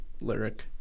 lyric